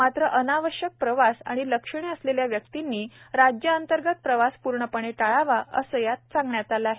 मात्र अनावश्यक प्रवास आणि लक्षणे असलेल्या व्यक्तिंनीराज्यांतर्गत प्रवास पूर्णपणे टाळावा अस यात सांगन्यात आल आहे